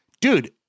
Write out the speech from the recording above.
dude